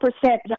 percent